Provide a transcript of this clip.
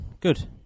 Good